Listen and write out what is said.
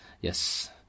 Yes